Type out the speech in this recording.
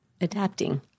adapting